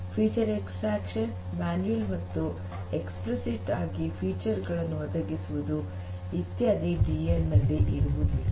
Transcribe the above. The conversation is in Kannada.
ವೈಶಿಷ್ಟ್ಯಗಳ ಎಕ್ಸ್ಟ್ರಾಕ್ಷನ್ ಮಾನ್ಯುಯಲ್ ಮತ್ತು ಎಕ್ಸ್ಪ್ಲಿಸಿಟ್ ಆಗಿ ವೈಶಿಷ್ಟ್ಯಗಳನ್ನು ಒದಗಿಸುವುದು ಇತ್ಯಾದಿ ಡಿಎಲ್ ನಲ್ಲಿ ಇರುವುದಿಲ್ಲ